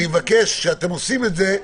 אני מבקש שכאשר אתם עושים את זה,